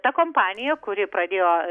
ta kompanija kuri pradėjo